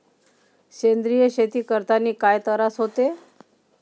सेंद्रिय शेती करतांनी काय तरास होते?